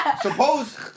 suppose